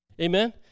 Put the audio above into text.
Amen